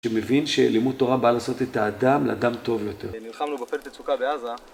שמבין שלימוד תורה בא לעשות את האדם לאדם טוב יותר